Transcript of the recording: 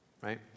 Right